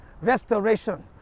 restoration